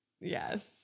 Yes